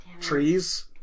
trees